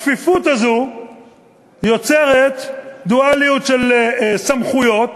הכפיפות הזו יוצרת דואליות של סמכויות: